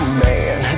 man